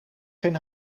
geen